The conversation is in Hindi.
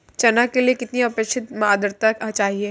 चना के लिए कितनी आपेक्षिक आद्रता चाहिए?